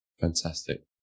fantastic